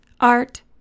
Art